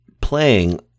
playing